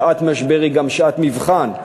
שעת משבר היא גם שעת מבחן.